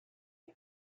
you